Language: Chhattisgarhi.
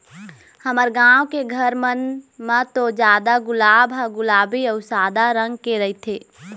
हमर गाँव के घर मन म तो जादा गुलाब ह गुलाबी अउ सादा रंग के रहिथे